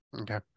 Okay